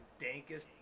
dankest